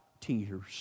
tears